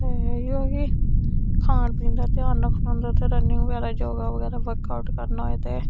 इ'यै कि खान पीन दा ध्यान रक्खना होंदा ते रनिंग बगैरा योगा बगैरा वर्कआउट करना होऐ ते